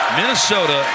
Minnesota